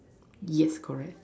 yes correct